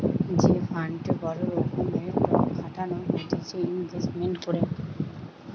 যে ফান্ডে বড় রকমের টক খাটানো হতিছে ইনভেস্টমেন্ট করে